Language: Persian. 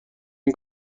این